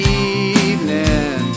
evening